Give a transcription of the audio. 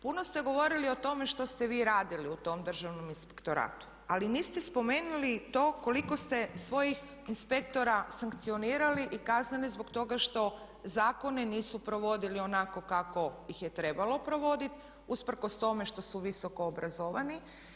Puno ste govorili o tome što ste vi radili u tom Državnom inspektoratu, ali niste spomenuli to koliko ste svojih inspektora sankcionirali i kaznili zbog toga što zakone nisu provodili onako kako ih je trebalo provoditi usprkos tome što su visoko obrazovani.